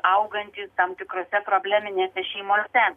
augantys tam tikrose probleminėse šeimose